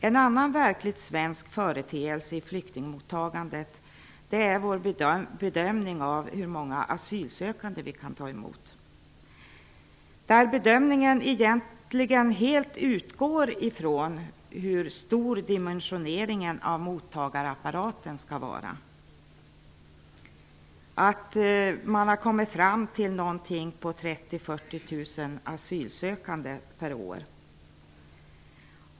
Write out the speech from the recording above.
En annan verkligt svensk företeelse i flyktingmottagandet är vår bedömning av hur många asylsökande vi kan ta emot. Bedömningen utgår egentligen helt ifrån dimensioneringen av mottagarapparaten. Man har kommit fram till ca 30 000--40 000 asylsökande per år.